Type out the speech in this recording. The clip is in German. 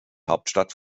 hauptstadt